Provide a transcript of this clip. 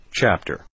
chapter